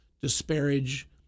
disparage